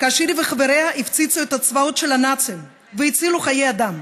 כאשר היא וחבריה הפציצו את הצבאות של הנאצים והצילו חיי אדם